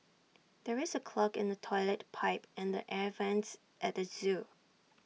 there is A clog in the Toilet Pipe and the air Vents at the Zoo